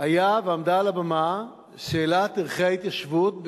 היתה ועמדה על הבמה שאלת ערכי ההתיישבות,